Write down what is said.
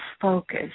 focus